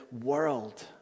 world